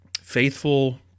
Faithful